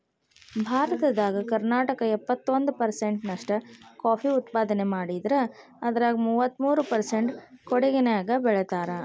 ಭಾರತದಾಗ ಕರ್ನಾಟಕ ಎಪ್ಪತ್ತೊಂದ್ ಪರ್ಸೆಂಟ್ ನಷ್ಟ ಕಾಫಿ ಉತ್ಪಾದನೆ ಮಾಡಿದ್ರ ಅದ್ರಾಗ ಮೂವತ್ಮೂರು ಪರ್ಸೆಂಟ್ ಕೊಡಗಿನ್ಯಾಗ್ ಬೆಳೇತಾರ